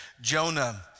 Jonah